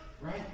right